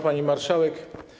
Pani Marszałek!